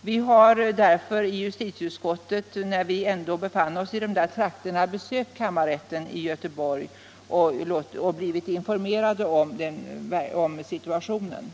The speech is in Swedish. När vi i justitieutskottet ändå befann oss i de trakterna besökte vi därför kammarrätten i Göteborg och blev informerade om situationen.